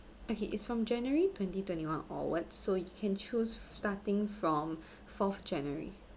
okay it's from january twenty twenty one or what so you can choose starting from fourth january